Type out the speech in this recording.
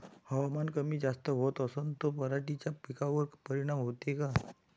हवामान कमी जास्त होत असन त पराटीच्या पिकावर परिनाम होते का?